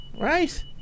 Right